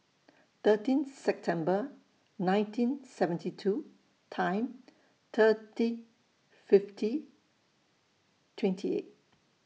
thirteen September nineteen seventy two Time thirty fifty twenty eight